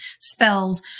spells